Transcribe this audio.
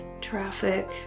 traffic